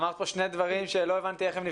אמרת פה שני דברים שלא הבנתי איך הם נפגשים.